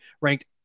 ranked